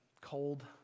cold